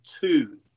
two